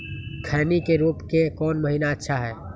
खैनी के रोप के कौन महीना अच्छा है?